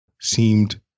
seemed